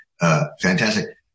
fantastic